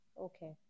okay